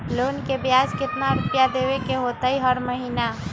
Loan के ब्याज कितना रुपैया देबे के होतइ हर महिना?